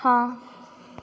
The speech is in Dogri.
हां